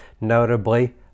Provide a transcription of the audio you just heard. notably